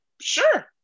sure